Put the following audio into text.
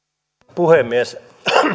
puhemies